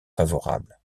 favorable